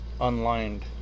unlined